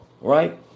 right